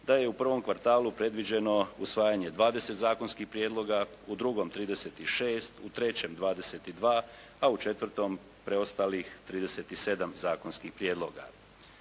da je u prvom kvartalu predviđeno usvajanje dvadeset zakonskih prijedloga, u drugom 36, u trećem 22, a u četvrtom preostalih 37 zakonskih prijedloga.